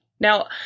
Now